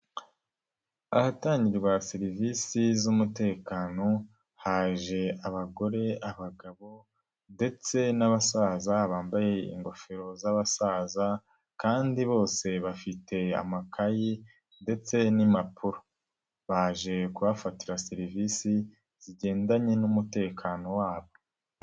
Ahatangirwa serivisi z'umutekano, haje abagore, abagabo, ndetse n'abasaza bambaye ingofero z'abasaza, kandi bose bafite amakayi ndetse n'impapuro. Baje kuhafatira serivisi zigendanye n'umutekano wabo.